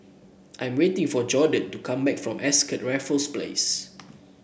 I'm waiting for Jordon to come back from Ascott Raffles Place